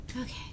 Okay